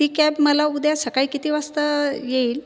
ती कॅब मला उद्या सकाळी किती वाजता येईल